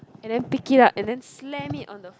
and then pick it up and then slam it on the floor